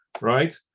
right